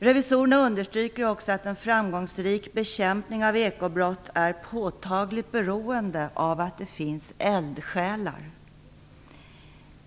Revisorerna understryker också att en framgångsrik bekämpning av ekobrott är påtagligt beroende av att det finns eldsjälar.